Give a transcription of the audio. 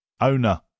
Owner